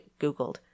Googled